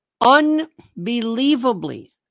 unbelievably